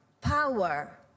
power